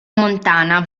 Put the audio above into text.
montana